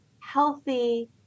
healthy